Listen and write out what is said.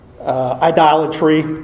Idolatry